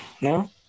No